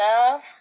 Love